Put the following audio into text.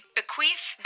bequeath